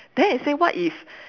then I say what if